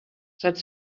that